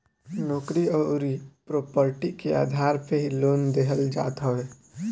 नोकरी अउरी प्रापर्टी के आधार पे ही लोन देहल जात हवे